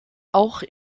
auch